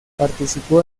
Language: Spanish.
participó